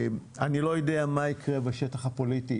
אני לא יודע מה יקרה בשטח הפוליטי